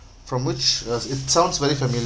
from which uh it sounds very familiar